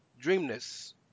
dreamness